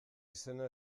izena